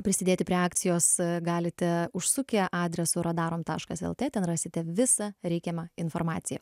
prisidėti prie akcijos galite užsukę adresu radarom taškas el tė ten rasite visą reikiamą informaciją